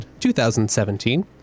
2017